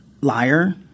liar